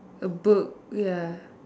a book ya